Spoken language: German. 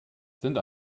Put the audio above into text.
sind